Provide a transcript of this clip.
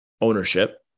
ownership